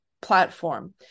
platform